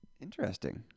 Interesting